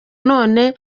none